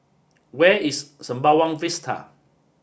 where is Sembawang Vista